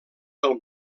del